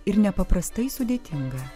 ir nepaprastai sudėtinga